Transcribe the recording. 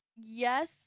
yes